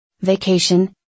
Vacation